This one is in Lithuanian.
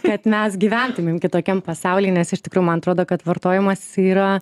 kad mes gyventumėm kitokiam pasauly nes iš tikrųjų man atrodo kad vartojimas jisai yra